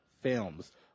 films